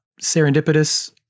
serendipitous